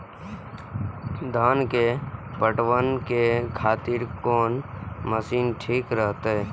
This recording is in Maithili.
धान के पटवन के खातिर कोन मशीन ठीक रहते?